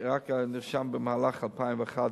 שרק נרשם במהלך 2011,